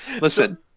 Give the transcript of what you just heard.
Listen